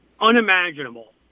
unimaginable